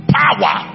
power